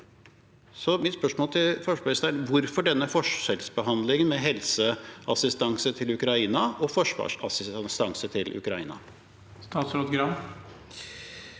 Hvorfor denne forskjellsbehandlingen av helseassistanse til Ukraina og forsvarsassistanse til Ukraina? Statsråd Bjørn